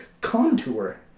contour